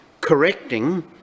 correcting